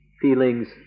feelings